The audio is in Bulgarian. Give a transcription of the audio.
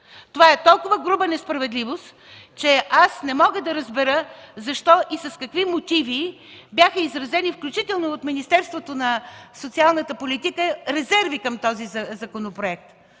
Това е толкова груба несправедливост, че не мога да разбера защо и с какви мотиви бяха изразени, включително и от Министерството на социалната политика, резерви към този законопроект.